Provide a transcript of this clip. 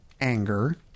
anger